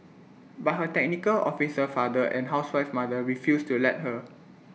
but her technical officer father and housewife mother refused to let her